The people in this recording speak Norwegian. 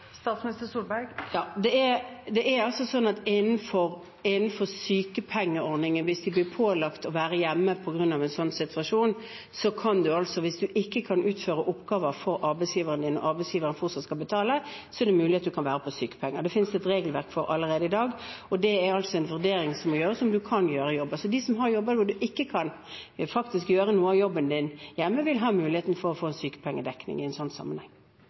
Innenfor sykepengeordningen, hvis man blir pålagt å være hjemme på grunn av en sånn situasjon, kan man – hvis man ikke kan utføre oppgaver for arbeidsgiveren og arbeidsgiveren fortsatt skal betale – være på sykepenger. Det finnes et regelverk for det allerede i dag. Det er en vurdering som må gjøres – om man kan gjøre jobben. De som har en jobb der man faktisk ikke kan gjøre noe av jobben hjemme, vil ha mulighet for å få sykepengedekning i en sånn sammenheng.